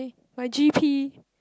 my G P